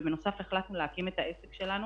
ובנוסף החלטנו להקים את העסק שלנו